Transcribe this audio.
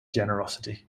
generosity